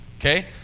Okay